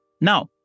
Now